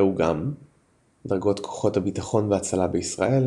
ראו גם דרגות כוחות הביטחון וההצלה בישראל